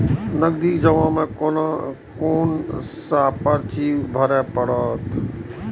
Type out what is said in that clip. नगदी जमा में कोन सा पर्ची भरे परतें?